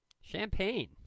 Champagne